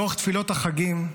לאורך תפילות החגים,